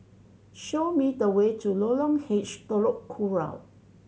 show me the way to Lorong H Telok Kurau